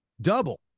double